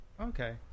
Okay